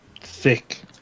thick